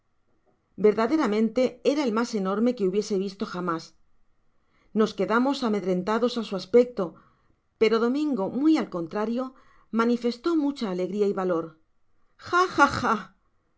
verdaderamente era el mas enorme que hubiese visto jamás nos quedamos amedrentados á su aspecto pero domingo muy al conrio manifestó mucha alegria y valor qah